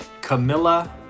Camilla